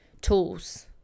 tools